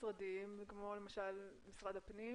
הגופים הציבוריים שלהלן יעבירו לגורם המנוי לצדם,